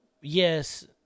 Yes